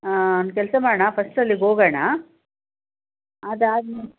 ಹಾಂ ಒಂದು ಕೆಲಸ ಮಾಡೋಣ ಫಸ್ಟ್ ಅಲ್ಲಿಗೋಗೋಣ ಅದಾದ ಮೇಲೆ